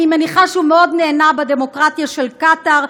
אני מניחה שהוא מאוד נהנה ב"דמוקרטיה של קטאר",